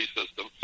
system